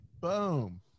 boom